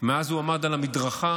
מאז שהוא עמד על המדרכה